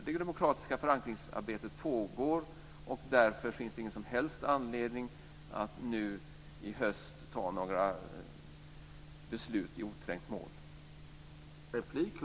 Det demokratiska förankringsarbetet pågår, och därför finns det ingen som helst anledning att nu i höst fatta några beslut i oträngt mål.